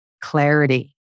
clarity